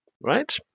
right